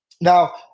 Now